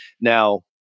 now